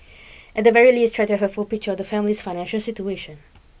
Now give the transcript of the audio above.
at the very least try to have a full picture of the family's financial situation